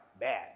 bad